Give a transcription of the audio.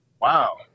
Wow